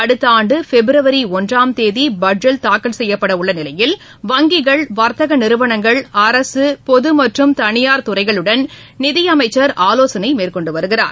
அடுத்த ஆண்டு பிப்ரவரி ஒன்றாம் தேதி பட்ஜெட் தாக்கல் செய்யப்பட உள்ள நிலையில் வங்கிகள் வர்த்தக நிறுவனங்கள் அரசு பொது மற்று ம் தனியார் தனியார் துறைகளுடன் நிதி அமைச்சர் ஆலோசனை மேற்கொண்டு வருகிறார்